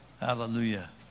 hallelujah